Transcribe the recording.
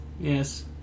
Yes